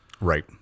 right